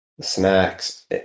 snacks